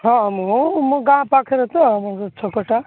ହଁ ମୁଁ ମୋ ଗାଁ ପାଖରେ ତ ଛକ ଟା